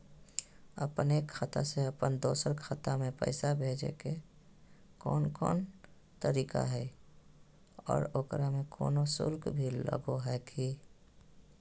अपन एक खाता से अपन दोसर खाता में पैसा भेजे के कौन कौन तरीका है और ओकरा में कोनो शुक्ल भी लगो है की?